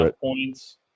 points